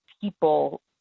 people